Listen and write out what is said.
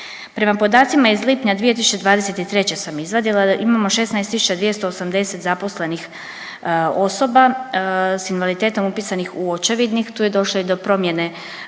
Prema podacima iz lipnja 2023. sam izvadila imamo 16.280 zaposlenih osoba s invaliditetom upisanih u očevidnik, tu je došlo i do promjene